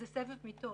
והוא סבב מיטות.